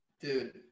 Dude